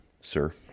sir